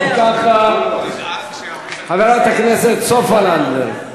אם כך, חברת הכנסת סופה לנדבר.